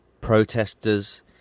protesters